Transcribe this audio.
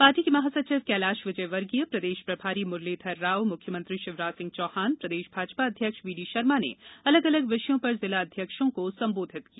party के महासचिव कैलाश विजयवर्गीय प्रदेश प्रभारी मुरलीधर राव मुख्यमंत्री शिवराज सिंह चौहान प्रदेश भाजपा अध्यक्ष वीडी शर्मा ने अलग अलग विषयों पर जिला अध्यक्षों को संबोधित किया